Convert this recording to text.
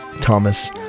Thomas